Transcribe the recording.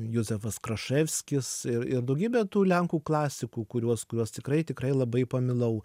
juzefas kraševskis ir ir daugybė tų lenkų klasikų kuriuos kuriuos tikrai tikrai labai pamilau